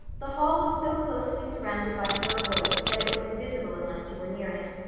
the hall was so closely surrounded by fir woods that it was invisible unless you were near it.